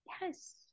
yes